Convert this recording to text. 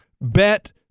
bet –